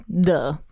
Duh